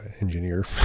engineer